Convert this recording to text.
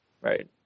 Right